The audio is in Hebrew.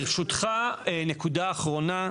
ברשותך נקודה אחרונה.